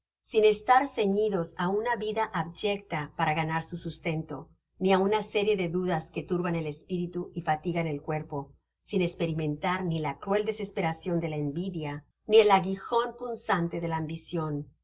sin estar ceñidos á una vida abyecta para ganar su sustento ni á una serie de dudas que turban el espiritu y fatigan el cuerpo sinesperimentar ni la cruel desesperacion de la envidia ni el aguijon punzante de la ambicion